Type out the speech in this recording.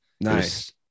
nice